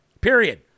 Period